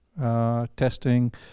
testing